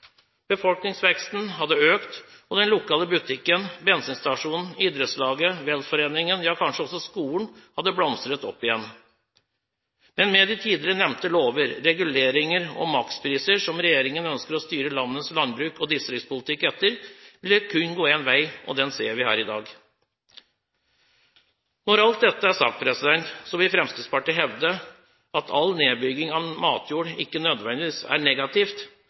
hadde økt, og den lokale butikken, bensinstasjonen, idrettslaget, velforeningen – ja, kanskje også skolen – hadde blomstret opp igjen. Men med de tidligere nevnte lover, reguleringer og makspriser, som regjeringen ønsker å styre landets landbruk og distriktspolitikk etter, vil det kun gå én vei, og den ser vi her i dag. Når alt dette er sagt, vil Fremskrittspartiet hevde at all nedbygging av matjord ikke nødvendigvis er negativt.